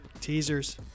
Teasers